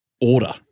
order